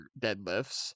deadlifts